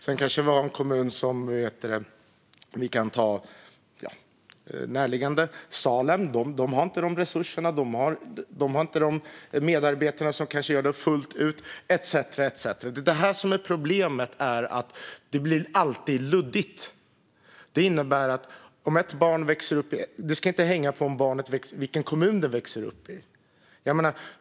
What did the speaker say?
En närliggande kommun som Salem har kanske inte resurserna och medarbetarna för att klara detta fullt ut - etcetera. Problemet är att det alltid blir luddigt. Det ska inte hänga på vilken kommun ett barn växer upp i.